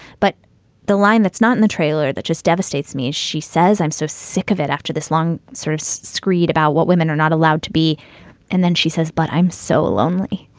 but the line that's not in the trailer that just devastates me is she says, i'm so sick of it after this long sort of so screed about what women are not allowed to be and then she says, but i'm so lonely.